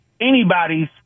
anybody's